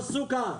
כמו סוכר.